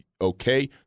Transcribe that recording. okay